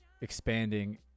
expanding